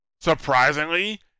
Surprisingly